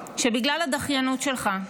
שבגלל הדחיינות שלך,